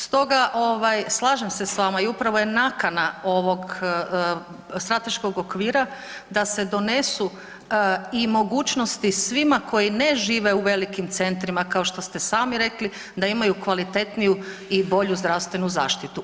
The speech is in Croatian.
Stoga slažem se sa vama i upravo je nakana ovog strateškog okvira da se donesu i mogućnosti svima koji ne žive u velikim centrima kao što ste sami rekli da imaju kvalitetniju i bolju zdravstvenu zaštitu.